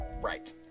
right